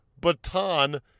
baton